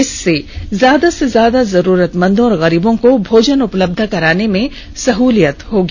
इससे ज्यादा से ज्यादा जरूरतमंदों और गरीबों को भोजन उपलब्ध कराने में सह्लियत होगी